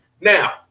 Now